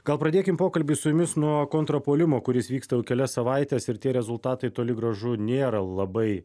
gal pradėkim pokalbį su jumis nuo kontrpuolimo kuris vyksta kelias savaites ir tie rezultatai toli gražu nėra labai